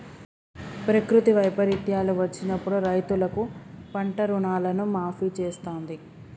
ప్రకృతి వైపరీత్యాలు వచ్చినప్పుడు రైతులకు పంట రుణాలను మాఫీ చేస్తాంది